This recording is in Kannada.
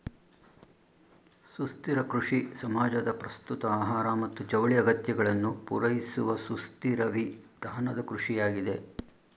ಸುಸ್ಥಿರ ಕೃಷಿ ಸಮಾಜದ ಪ್ರಸ್ತುತ ಆಹಾರ ಮತ್ತು ಜವಳಿ ಅಗತ್ಯಗಳನ್ನು ಪೂರೈಸುವಸುಸ್ಥಿರವಿಧಾನದಕೃಷಿಯಾಗಿದೆ